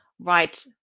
right